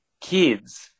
kids